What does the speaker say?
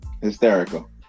Hysterical